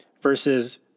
versus